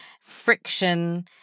friction